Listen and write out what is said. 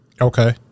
Okay